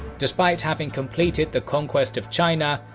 despite having completed the conquest of china,